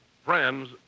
Friends